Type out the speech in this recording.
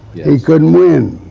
he couldn't win.